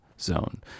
zone